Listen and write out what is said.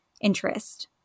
interest